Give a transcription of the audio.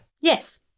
Yes